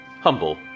humble